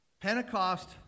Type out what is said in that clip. Pentecost